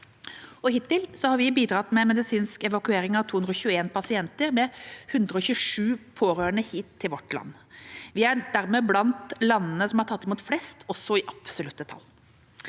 Hittil har vi bidratt med medisinsk evakuering av 221 pasienter med 127 pårørende hit til vårt land. Vi er dermed blant landene som har tatt imot flest, også i absolutte tall.